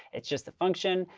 it's just the function.